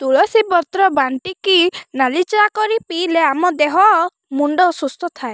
ତୁଳସୀ ପତ୍ର ବାଣ୍ଟିକି ନାଲି ଚା' କରି ପିଇଲେ ଆମ ଦେହ ମୁଣ୍ଡ ସୁସ୍ଥ ଥାଏ